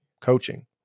coaching